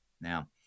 Now